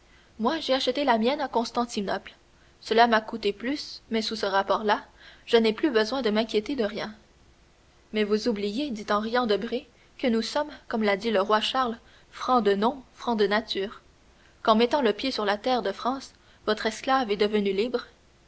moi j'ai acheté la mienne à constantinople cela m'a coûté plus mais sous ce rapport là je n'ai plus besoin de m'inquiéter de rien mais vous oubliez dit en riant debray que nous sommes comme l'a dit le roi charles francs de nom francs de nature qu'en mettant le pied sur la terre de france votre esclave est devenue libre